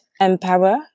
empower